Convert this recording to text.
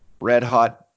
red-hot